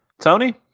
Tony